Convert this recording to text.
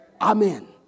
Amen